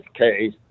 case